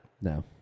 No